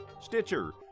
Stitcher